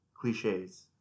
Cliches